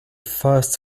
first